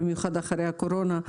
במיוחד אחרי הקורונה,